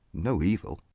no evil.